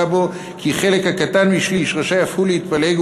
בו כי חלק הקטן משליש רשאי אף הוא להתפלג,